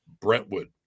Brentwood